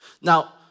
Now